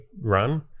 run